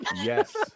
Yes